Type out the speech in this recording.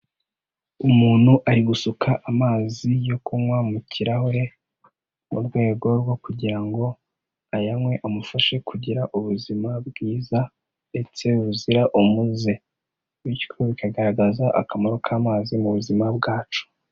Umuntu ari gusuka amazi yo kunywa mu kirahure, mu rwego rwo kugira ngo ayanywe, amufashe kugira ubuzima bwiza, ndetse buzira umuze. Bityo bikagaragaza akamaro k'amazi, mu buzima bwacu.